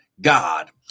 God